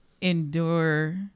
endure